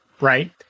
right